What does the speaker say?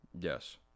Yes